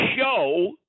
show